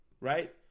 Right